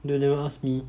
then you never ask me